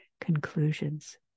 conclusions